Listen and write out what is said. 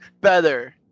Better